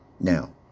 now